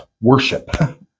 worship